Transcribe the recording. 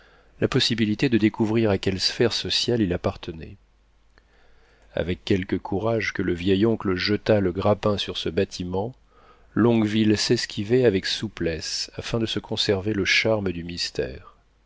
la possibilité de découvrir à quelle sphère sociale il appartenait avec quelque courage que le vieil oncle jetât le grappin sur ce bâtiment longueville s'esquivait avec souplesse afin de se conserver le charme du mystère